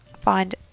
find